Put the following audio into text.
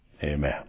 Amen